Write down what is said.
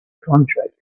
contract